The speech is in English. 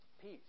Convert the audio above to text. Peace